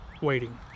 waiting